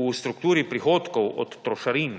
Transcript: V strukturi prihodkov od trošarin